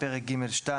פרק ג'2